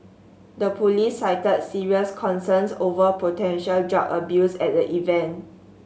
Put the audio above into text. the police cited serious concerns over potential drug abuse at the event